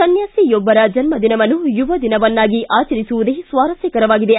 ಸನ್ಹಾಸಿಯೊಬ್ಬರ ಜನ್ದಿನವನ್ನು ಯುವದಿನವನ್ನಾಗಿ ಆಚರಿಸುವುದೇ ಸ್ವಾರಸ್ಥಕರವಾಗಿದೆ